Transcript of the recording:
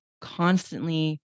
constantly